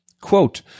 quote